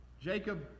Jacob